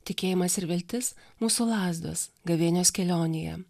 tikėjimas ir viltis mūsų lazdos gavėnios kelionėje